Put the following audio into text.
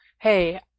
hey